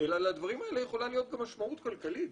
אלא לדברים האלה יכולה להיות גם משמעות כלכלית.